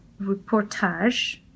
reportage